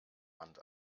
hand